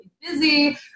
busy